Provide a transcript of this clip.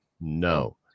No